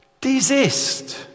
desist